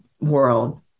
world